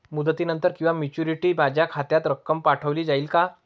मुदतीनंतर किंवा मॅच्युरिटी माझ्या खात्यात रक्कम पाठवली जाईल का?